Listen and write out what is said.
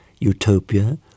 utopia